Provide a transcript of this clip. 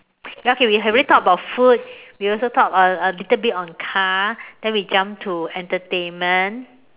okay we already talk about food we also talk a a little bit on car then we jump to entertainment